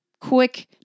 quick